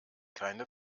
keine